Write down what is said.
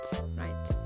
right